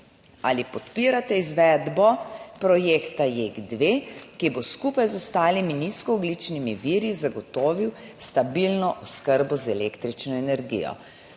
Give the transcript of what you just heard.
ali podpirate izvedbo projekta JEK2, ki bo skupaj z ostalimi nizkoogljičnimi viri zagotovil stabilno oskrbo z električno energijo.